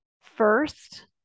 First